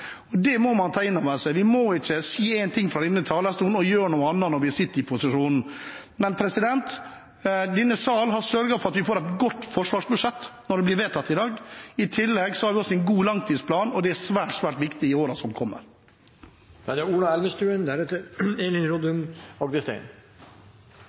regjeringen. Det må man ta inn over seg. Vi må ikke si én ting fra denne talerstolen i opposisjon, og gjøre noe annet når vi sitter i posisjon. Denne salen har sørget for at vi får et godt forsvarsbudsjett når det blir vedtatt i dag. I tillegg har vi også en god langtidsplan, og det er svært, svært viktig i årene som kommer.